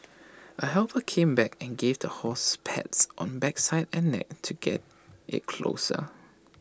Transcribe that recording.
A helper came back and gave the horse pats on backside and neck to get IT closer